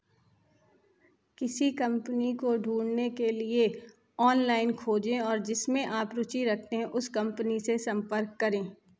किसी कम्पनी को ढूँढने के लिए ऑनलाइन खोजें और जिसमें आप रुचि रखते हैं उस कम्पनी से संपर्क करें